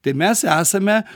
tai mes esame